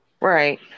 Right